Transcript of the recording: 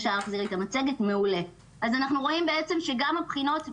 אנחנו רואים שגם הבחינות,